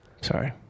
Sorry